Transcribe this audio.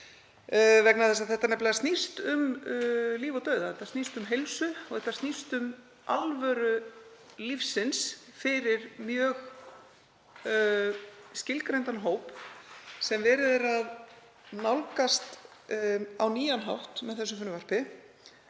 vegna þess að þetta snýst nefnilega um líf og dauða. Þetta snýst um heilsu og þetta snýst um alvöru lífsins fyrir mjög skilgreindan hóp sem verið er að nálgast á nýjan hátt með þessu frumvarpi